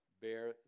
bear